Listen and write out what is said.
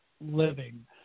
Living